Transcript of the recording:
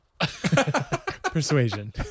Persuasion